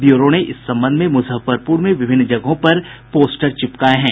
bureau ने इस संबंध में मुजफ्फरपुर में विभिन्न जगहों पर पोस्टर चिपकाये हैं